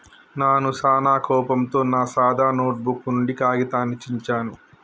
నాను సానా కోపంతో నా సాదా నోటుబుక్ నుండి కాగితాన్ని చించాను